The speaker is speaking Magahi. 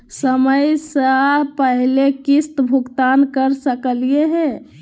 समय स पहले किस्त भुगतान कर सकली हे?